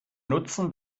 nutzen